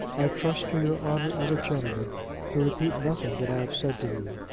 i trust to your honour as a gentleman to repeat nothing that i have said to you.